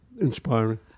inspiring